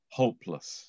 hopeless